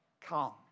come